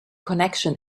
connection